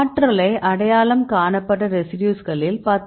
ஆற்றலைக் அடையாளம் காணப்பட்ட ரெசிடியூஸ்களில் 10